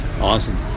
awesome